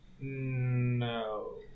No